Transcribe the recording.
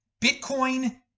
Bitcoin